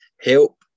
help